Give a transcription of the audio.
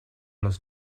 los